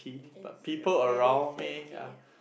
is really save it